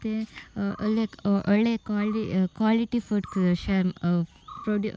ಮತ್ತು ಒಳ್ಳೆ ಒಳ್ಳೆಯ ಕ್ವಾಲಿ ಕ್ವಾಲಿಟಿ ಫುಡ್ ಶೇರ್ ಪ್ರೊಡ್ಯೂ